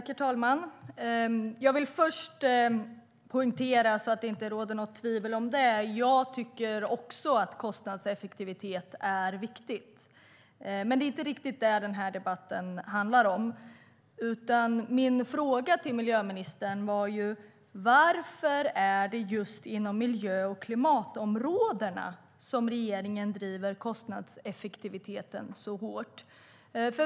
Herr talman! Låt mig först poängtera, så att det inte råder något tvivel om det, att jag också tycker att kostnadseffektivitet är viktigt. Det är dock inte riktigt det denna debatt handlar om. Min fråga till miljöministern var ju: Varför är det just inom miljö och klimatområdena som regeringen driver kostnadseffektiviteten så hårt?